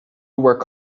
work